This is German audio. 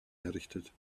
errichtet